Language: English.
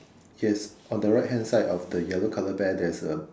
yes on the right hand side of the yellow colour bear there's a